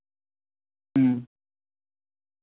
ᱦᱮᱸ